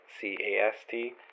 c-a-s-t